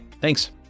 Thanks